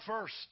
first